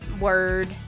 Word